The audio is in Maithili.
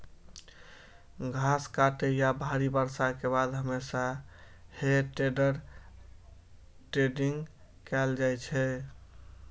घास काटै या भारी बर्षा के बाद हमेशा हे टेडर टेडिंग कैल जाइ छै